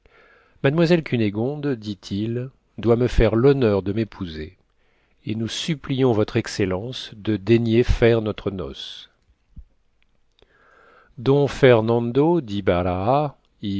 mademoiselle cunégonde dit-il doit me faire l'honneur de m'épouser et nous supplions votre excellence de daigner faire notre noce